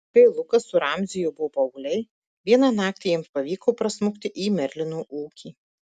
kai lukas su ramziu jau buvo paaugliai vieną naktį jiems pavyko prasmukti į merlino ūkį